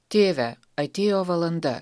tėve atėjo valanda